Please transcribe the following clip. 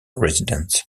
residents